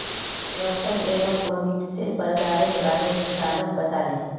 रौशन एरोपोनिक्सेर प्रकारेर बारे किसानक बताले